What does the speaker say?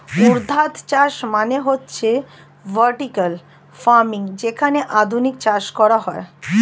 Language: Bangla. ঊর্ধ্বাধ চাষ মানে হচ্ছে ভার্টিকাল ফার্মিং যেখানে আধুনিক চাষ করা হয়